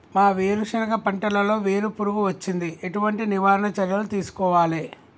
మా వేరుశెనగ పంటలలో వేరు పురుగు వచ్చింది? ఎటువంటి నివారణ చర్యలు తీసుకోవాలే?